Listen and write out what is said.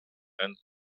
and